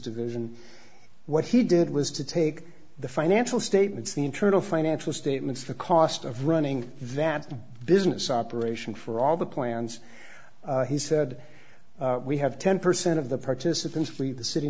division what he did was to take the financial statements the internal financial statements the cost of running that business operation for all the plans he said we have ten percent of the participants leave the city